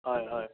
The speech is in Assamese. হয় হয়